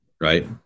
right